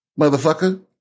Motherfucker